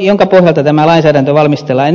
jonka pohjalta tämä lainsäädäntö valmistellaan